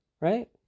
right